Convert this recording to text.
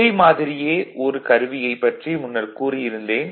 இதை மாதிரியே ஒரு கருவியைப் பற்றி முன்னர் கூறியிருந்தேன்